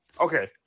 Okay